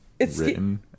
written